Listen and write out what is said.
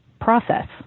process